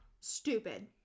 stupid